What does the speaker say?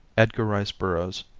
edgar rice burroughs,